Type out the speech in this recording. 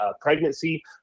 pregnancy